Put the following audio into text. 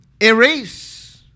erase